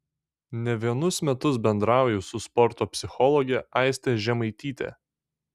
ne vienus metus bendrauju su sporto psichologe aiste žemaityte